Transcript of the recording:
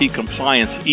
compliance